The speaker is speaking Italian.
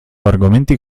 argomenti